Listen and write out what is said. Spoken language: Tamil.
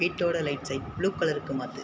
வீட்டோட லைட்ஸை ப்ளூ கலருக்கு மாற்று